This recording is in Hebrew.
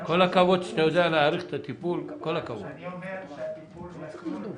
אומר שהטיפול מסור,